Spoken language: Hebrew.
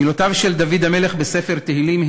מילותיו של דוד המלך בספר תהילים: